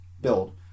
build